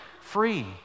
free